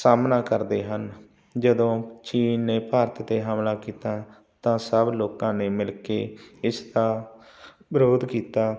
ਸਾਹਮਣਾ ਕਰਦੇ ਹਨ ਜਦੋਂ ਚੀਨ ਨੇ ਭਾਰਤ 'ਤੇ ਹਮਲਾ ਕੀਤਾ ਤਾਂ ਸਭ ਲੋਕਾਂ ਨੇ ਮਿਲ ਕੇ ਇਸ ਦਾ ਵਿਰੋਧ ਕੀਤਾ